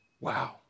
wow